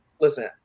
Listen